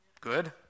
Good